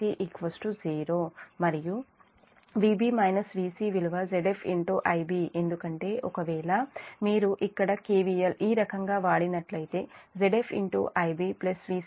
మరియు Vb Vc విలువ Zf Ib ఎందుకంటే ఒకవేళ మీరు ఇక్కడ KVL ఈ రకంగా వాడినట్లయితే Zf IbVc Vb 0